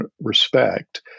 respect